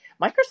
Microsoft